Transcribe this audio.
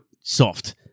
soft